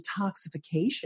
detoxification